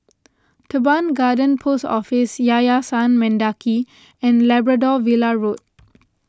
Teban Garden Post Office Yayasan Mendaki and Labrador Villa Road